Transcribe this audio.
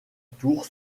tour